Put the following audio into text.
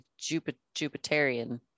Jupiterian